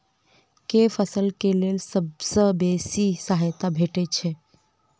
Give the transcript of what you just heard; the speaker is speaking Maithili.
केँ फसल केँ लेल सबसँ बेसी सहायता भेटय छै?